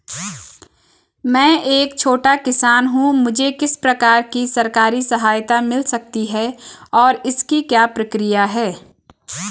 मैं एक छोटा किसान हूँ मुझे किस प्रकार की सरकारी सहायता मिल सकती है और इसकी क्या प्रक्रिया है?